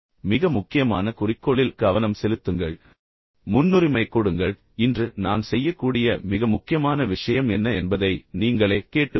மிக முக்கியமான குறிக்கோளில் கவனம் செலுத்துங்கள் முன்னுரிமை கொடுங்கள் இன்று நான் செய்யக்கூடிய மிக முக்கியமான விஷயம் என்ன என்பதை நீங்களே கேட்டுக்கொள்ளுங்கள்